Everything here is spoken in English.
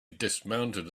dismounted